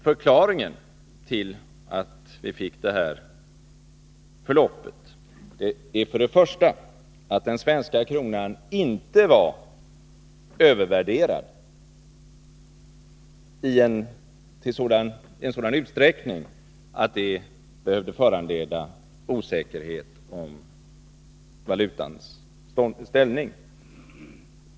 Förklaringen till att vi fick detta förlopp är att den svenska kronan inte var övervärderad i en sådan utsträckning att det behövde föranleda osäkerhet om valutans ställning.